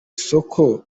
isoko